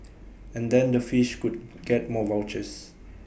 and then the fish could get more vouchers